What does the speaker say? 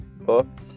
Books